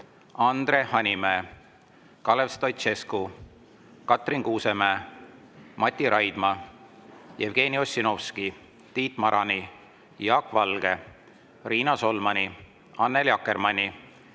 Andre Hanimäe, Kalev Stoicescu, Katrin Kuusemäe, Mati Raidma, Jevgeni Ossinovski, Tiit Marani, Jaak Valge, Riina Solmani, Annely Akkermanni,